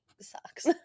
sucks